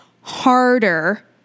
harder